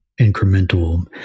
incremental